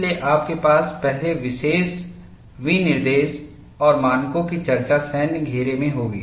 इसलिए आपके पास पहले विशेष विनिर्देश और मानकों की चर्चा सैन्य घेरे में होगी